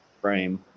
Frame